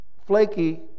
Flaky